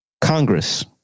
Congress